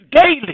daily